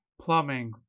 plumbing